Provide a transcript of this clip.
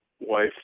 wife